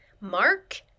mark